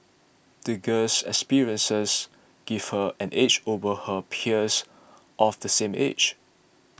the girl's experiences gave her an edge over her peers of the same age